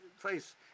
place